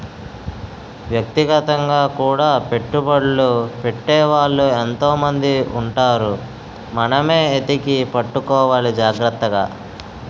వ్యక్తిగతంగా కూడా పెట్టుబడ్లు పెట్టే వాళ్ళు ఎంతో మంది ఉంటారు మనమే ఎతికి పట్టుకోవాలి జాగ్రత్తగా